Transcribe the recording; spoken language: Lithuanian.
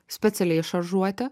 specialiai šaržuoti